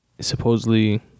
Supposedly